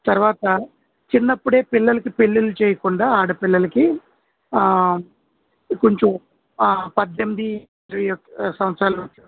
తర్వాత చిన్నప్పుడే పిల్లలకి పెళ్ళిళ్ళు చేయకుండా ఆడపిల్లలకి కొంచెం పద్దెనిమిది ఇరవై సంవత్సరాలు వచ్చ